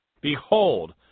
Behold